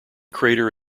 crater